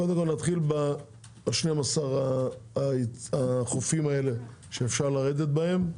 קודם כל, נתחיל ב-12 החופים האלה שאפשר לרדת מהם.